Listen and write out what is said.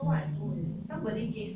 mm